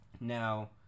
Now